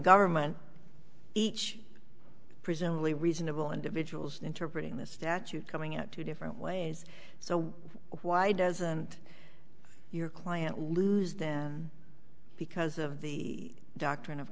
government each presumably reasonable individuals interpreting this statute coming out two different ways so why doesn't your client lose them because of the doctrine of